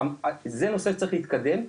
זה נושא שצריך להתקדם,